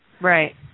Right